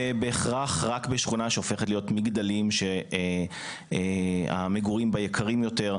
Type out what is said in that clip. בהכרח רק בשכונה שהופכת להיות מגדלים שהמגורים בה יקרים יותר,